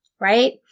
right